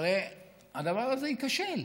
הרי הדבר הזה ייכשל.